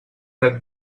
red